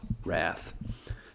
wrath